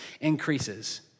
increases